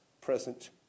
present